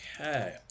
Okay